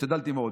השתדלתי מאוד,